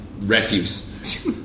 refuse